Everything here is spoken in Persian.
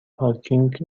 پارکینگ